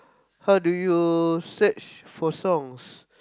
how do you search for songs